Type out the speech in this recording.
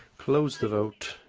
close the vote.